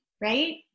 right